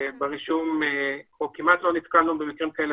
ברישום או כמעט ולא נתקלנו במקרים כאלה